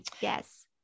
Yes